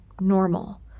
normal